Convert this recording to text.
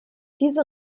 diese